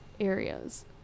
areas